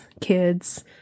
kids